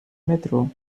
metrô